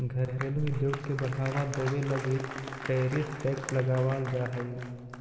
घरेलू उद्योग के बढ़ावा देवे लगी टैरिफ टैक्स लगावाल जा हई